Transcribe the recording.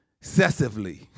excessively